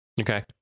okay